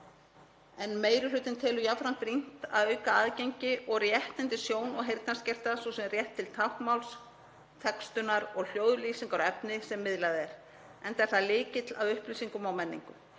en meiri hlutinn telur jafnframt brýnt að auka aðgengi og réttindi sjón- og heyrnarskertra, svo sem rétt til táknmáls, textunar og hljóðlýsingar á efni sem miðlað er, enda er það lykill að upplýsingum og menningu.